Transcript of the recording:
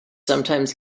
sometimes